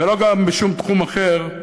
ולא גם בשום תחום אחר,